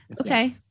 Okay